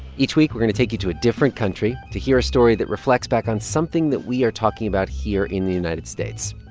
each week, we're going to take you to a different country to hear a story that reflects back on something that we are talking about here in the united states.